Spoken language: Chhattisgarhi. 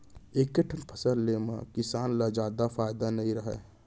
एके ठन फसल ले म किसान ल जादा फायदा नइ रहय